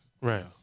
Right